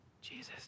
Jesus